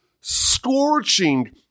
scorching